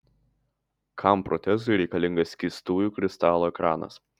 kam protezui reikalingas skystųjų kristalų ekranas